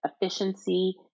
efficiency